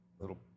Little